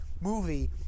movie